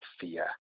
fear